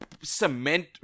cement